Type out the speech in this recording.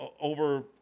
over